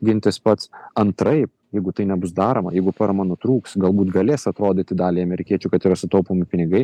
gintis pats antraip jeigu tai nebus daroma jeigu forma nutrūks galbūt galės atrodyti daliai amerikiečių kad yra sutaupomi pinigai